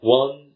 one